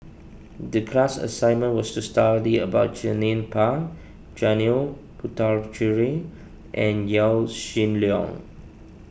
the class assignment was to study about Jernnine Pang Janil Puthucheary and Yaw Shin Leong